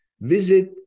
Visit